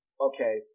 Okay